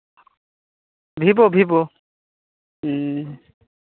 ᱵᱷᱤᱵᱳ ᱵᱷᱤᱵᱳ ᱦᱮᱸ